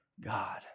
God